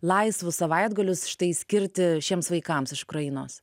laisvus savaitgalius štai skirti šiems vaikams iš ukrainos